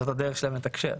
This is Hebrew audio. זו הדרך שלהם לתקשר.